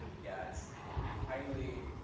yeah, it's highly